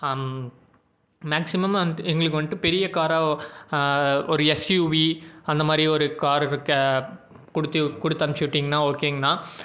maximum வந்துட்டு எங்களுக்கு வந்துட்டு பெரிய காராக ஒரு எஸ்யூவி அந்த மாதிரி ஒரு காரு கேப் கொடுத்தி கொடுத்து அனுப்புச்சுவிட்டீங்னா ஓகேங்க அண்ணா